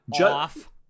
off